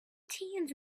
teens